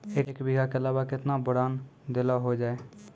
एक बीघा के अलावा केतना बोरान देलो हो जाए?